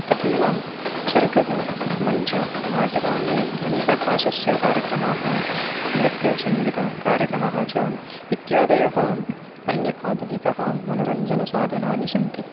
तथैवं सर्कसमञ्च नाटकानि ध्वनिप्रकाशस्य कार्यक्रमाः नृत्यसङ्गितकार्यक्रमाः च इत्यादयः अन्य आधुनिकः मनोरञ्जनसाधनानि सन्ति